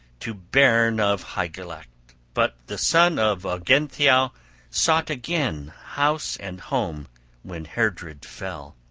to bairn of hygelac but the son of ongentheow sought again house and home when heardred fell,